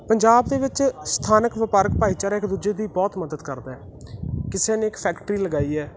ਪੰਜਾਬ ਦੇ ਵਿੱਚ ਸਥਾਨਕ ਵਪਾਰਕ ਭਾਈਚਾਰਾ ਇੱਕ ਦੂਜੇ ਦੀ ਬਹੁਤ ਮਦਦ ਕਰਦਾ ਕਿਸੇ ਨੇ ਇੱਕ ਫੈਕਟਰੀ ਲਗਾਈ ਹੈ